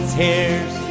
tears